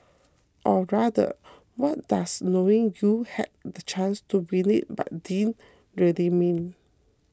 or rather what does knowing you had the chance to win it but didn't really mean